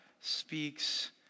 speaks